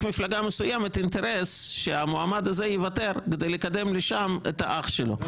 מפלגה מסוימת אינטרס שהמועמד הזה יוותר כדי לקדם לשם את האח שלו.